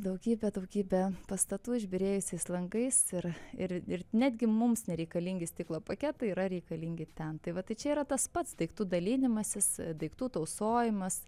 daugybęė daugybė pastatų išbyrėjusiais langais ir ir ir netgi mums nereikalingi stiklo paketai yra reikalingi ten tai va tai čia yra tas pats daiktų dalinimasis daiktų tausojimas